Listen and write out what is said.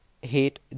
hate